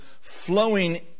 flowing